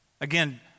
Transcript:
Again